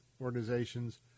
organizations